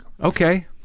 Okay